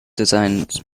designs